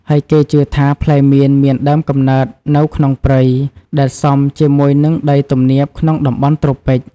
ហើយគេជឿថា ផ្លែមៀនមានដើមកំណើតនៅក្នុងព្រៃ ដែលសមជាមួយនឹងដីទំនាបក្នុងតំបន់ត្រូពិច។